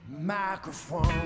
microphone